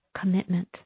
commitment